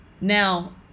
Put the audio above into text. now